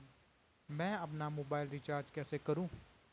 मैं अपना mobile recharge कैसे करूँ?